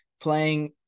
playing